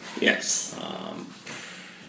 Yes